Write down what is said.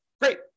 great